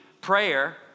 prayer